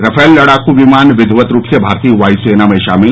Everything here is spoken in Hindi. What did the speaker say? रफाल लडाकू विमान विधिवत रूप से भारतीय वायुसेना में शामिल